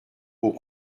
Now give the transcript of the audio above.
aux